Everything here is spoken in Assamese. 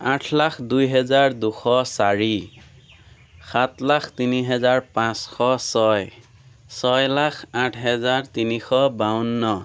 আঠ লাখ দুই হেজাৰ দুশ চাৰি সাত লাখ তিনি হাজাৰ পাঁচশ ছয় ছয় লাখ আঠ হেজাৰ তিনিশ বাৱন্ন